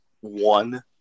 one